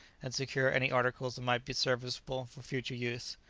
and secure any articles that might be serviceable future use.